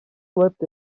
slipped